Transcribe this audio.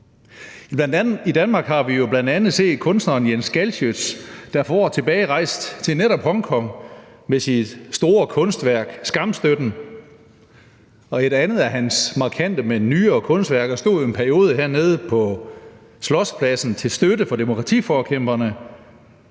I Danmark har vi jo bl.a. set, at kunstneren Jens Galschiøt for år tilbage rejste til netop Hongkong med sit store kunstværk »Skamstøtten«. Og et andet af hans markante, men nyere kunstværker stod i en periode hernede på Slotspladsen til støtte for demokratiforkæmperne.